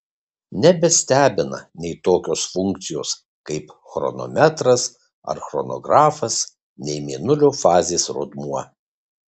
nebestebina nei tokios funkcijos kaip chronometras ar chronografas nei mėnulio fazės rodmuo